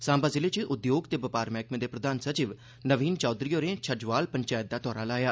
सांबा जिले च उद्योग ते बपार मैह्कमे दे प्रधान सचिव नवीन चौधरी होरें छज्जवाल पंचैत दा दौरा लाया